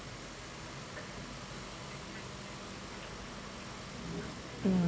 mm